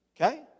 okay